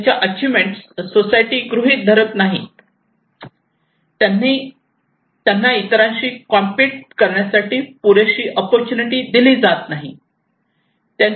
त्यांच्या achievement society गृहीत धरत नाही त्यांना इतरांशी कॉम्पेट करण्यासाठी पुरेशी अपॉर्च्युनिटी दिली जात नाही